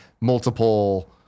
multiple